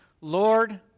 Lord